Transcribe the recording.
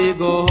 go